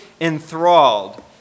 enthralled